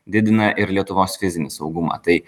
didina ir lietuvos fizinį saugumą tai